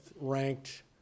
ranked